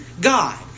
God